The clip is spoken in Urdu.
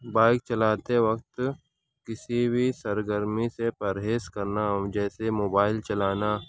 بائک چلاتے وقت کسی بھی سرگرمی سے پرہیز کرنا جیسے موبائل چلانا